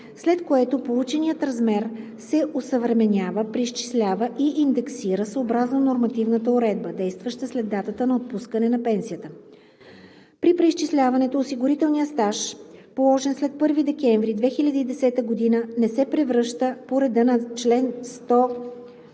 след което полученият размер се осъвременява, преизчислява и индексира съобразно нормативната уредба, действаща след датата на отпускане на пенсията. При преизчисляването осигурителният стаж, положен след 31 декември 2010 г., не се превръща по реда на чл. 104.“